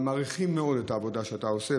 מעריכים מאוד את העבודה שאתה עושה,